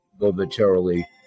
momentarily